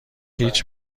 هیچ